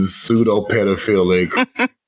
pseudo-pedophilic